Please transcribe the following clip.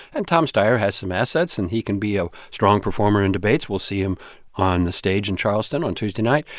and tom steyer has some assets, and he can be a strong performer in debates. we'll see him on the stage in charleston on tuesday night.